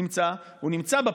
הוא נמצא בפתרון.